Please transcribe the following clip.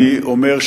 אני אומר,